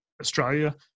Australia